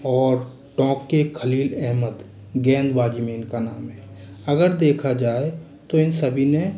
और टॉप के खलील अहमद गेंदबाजी में इनका नाम है अगर देखा जाए तो इन सभी ने